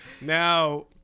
Now